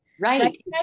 right